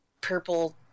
purple